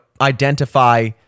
identify